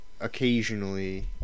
occasionally